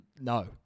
No